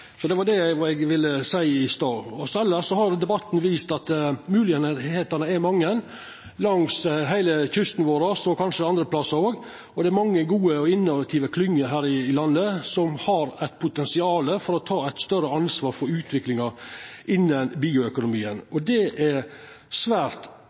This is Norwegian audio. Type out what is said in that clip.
Så eg håpar at me kan få med det òg i ein slik strategi som regjeringa no skal jobba med. Det var det eg ville seia i stad. Elles har debatten vist at moglegheitene er mange langs heile kysten vår og kanskje andre plassar òg, og det er mange gode og innovative klynger her i landet som har eit potensial til å ta eit større ansvar for utviklinga